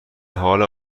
حال